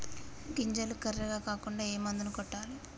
గింజలు కర్రెగ కాకుండా ఏ మందును కొట్టాలి?